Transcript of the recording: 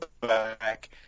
back